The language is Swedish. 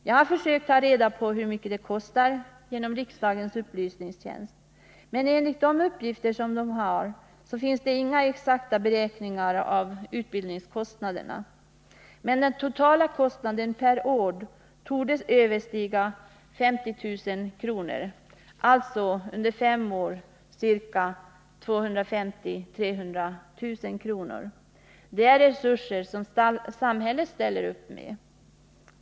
Jag har försökt ta reda på hur mycket den kostar genom riksdagens upplysningstjänst, men enligt de uppgifter man har finns det inga exakta beräkningar av utbildningskostnaderna. Men den totala kostnaden torde överstiga 50 000 kr. per år, alltså 250 000-300 000 kr. under fem år. Det är resurser som samhället ställer upp med.